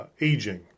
aging